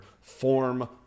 form